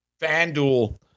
FanDuel